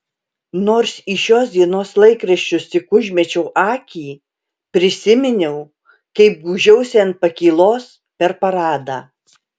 nors į šios dienos laikraščius tik užmečiau akį prisiminiau kaip gūžiausi ant pakylos per paradą